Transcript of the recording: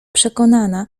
przekonana